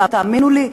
ותאמינו לי,